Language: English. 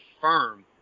firm